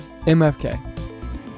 MFK